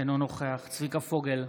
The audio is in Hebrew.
אינו נוכח צביקה פוגל,